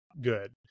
good